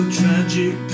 tragic